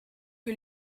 que